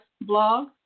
blog